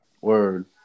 Word